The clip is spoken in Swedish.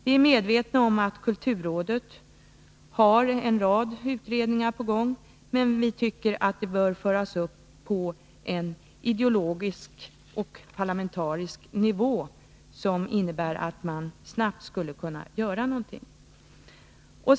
Vi är medvetna om att kulturrådet har en rad utredningar på gång, men vi tycker att frågan bör föras upp på en ideologisk och parlamentarisk nivå så att man snabbt skulle kunna göra någonting.